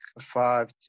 five